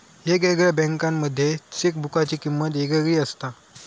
येगयेगळ्या बँकांमध्ये चेकबुकाची किमंत येगयेगळी असता